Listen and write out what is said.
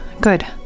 good